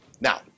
Now